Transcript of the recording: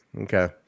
Okay